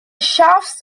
shafts